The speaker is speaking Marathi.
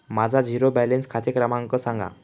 माझा झिरो बॅलन्स खाते क्रमांक सांगा